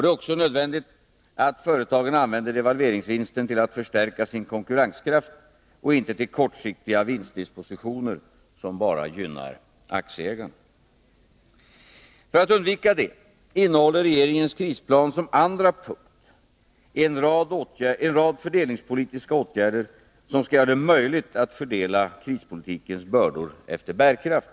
Det är också nödvändigt att företagen använder devalveringsvinsterna till att förstärka sin konkurrenskraft och inte till kortsiktiga vinstdispositioner som bara gynnar aktieägarna. För att undvika detta innehåller regeringens krisplan som andra punkt en rad fördelningspolitiska åtgärder, som skall göra det möjligt att fördela krispolitikens bördor efter bärkraft.